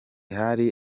hari